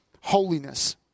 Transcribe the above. holiness